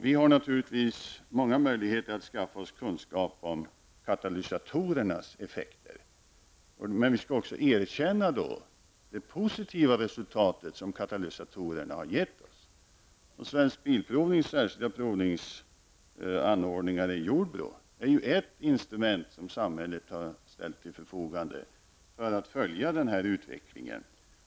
Vi har naturligtvis många möjligheter att skaffa oss kunskaper om katalysatorernas effekter. Men vi skall då också erkänna det positiva resultat som katalysatorerna har givit. Svensk Bilprovnings särskilda provningsanordningar i Jordbro är ett instrument som samhället har ställt till förfogande för att följa den utvecklingen.